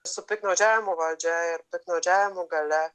su piktnaudžiavimu valdžia ir piktnaudžiavimu galia